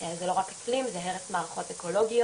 זה לא רק אקלים, זה הרס מערכות אקולוגיות,